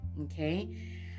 okay